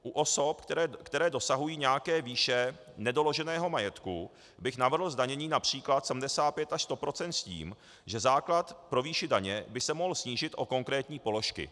U osob, které dosahují nějaké výše nedoloženého majetku, bych navrhl zdanění například 75 až 100 % s tím, že základ pro výši daně by se mohl snížit o konkrétní položky.